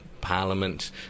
Parliament